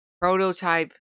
prototype